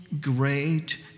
great